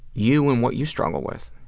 you and what you struggle with.